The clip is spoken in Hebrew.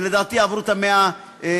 שלדעתי עברו את 100 השעות,